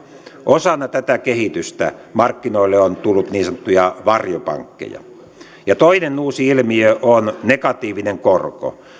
osana tätä kehitystä markkinoille on tullut niin sanottuja varjopankkeja toinen uusi ilmiö on negatiivinen korko